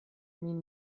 min